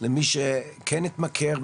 למי שכן התמכר,